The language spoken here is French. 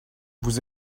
vous